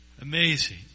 Amazing